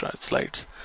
slides